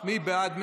מי בעד?